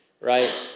right